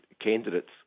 candidates